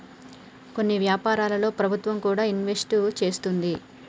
కొన్ని వ్యాపారాల్లో ప్రభుత్వం కూడా ఇన్వెస్ట్ చేస్తుంది